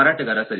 ಮಾರಾಟಗಾರ ಸರಿ